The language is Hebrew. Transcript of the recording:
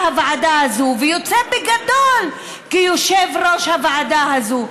הוועדה הזו ויוצא בגדול כיושב-ראש הוועדה הזו.